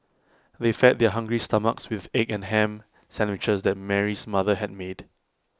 they fed their hungry stomachs with the egg and Ham Sandwiches that Mary's mother had made